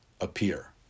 appear